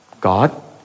God